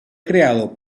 creado